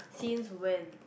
since when